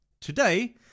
today